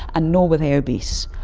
and nor were they obese.